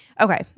Okay